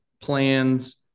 plans